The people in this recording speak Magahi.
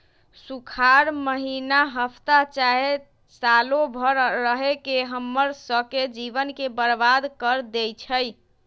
सुखार माहिन्ना हफ्ता चाहे सालों भर रहके हम्मर स के जीवन के बर्बाद कर देई छई